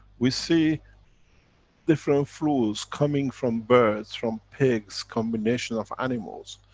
we see different flues coming from birds, from pigs, combination of animals.